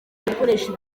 gukoresha